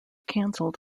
cancelled